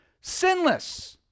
sinless